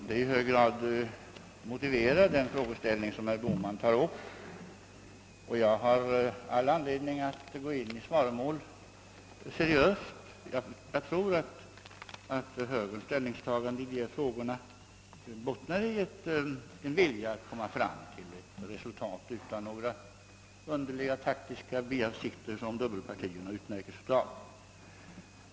Herr talman! Den fråga som herr Bohman ställer är i hög grad motiverad, och jag har all anledning att seriöst gå in i ett svaromål. Jag tror att högerns ställningstagande i dessa frågor bottnar i en vilja att komma fram till ett resultat och att man inte har de underliga taktiska biavsikter som utmärker dubbelpartiernas agerande.